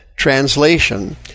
Translation